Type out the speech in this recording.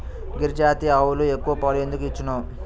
గిరిజాతి ఆవులు ఎక్కువ పాలు ఎందుకు ఇచ్చును?